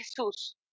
Jesus